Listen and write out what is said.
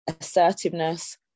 assertiveness